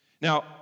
Now